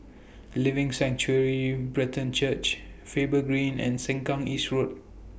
Living Sanctuary Brethren Church Faber Green and Sengkang East Road